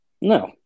No